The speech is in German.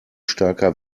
starker